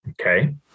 Okay